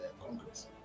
congress